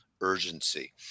urgency